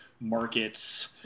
markets